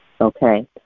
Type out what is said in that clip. Okay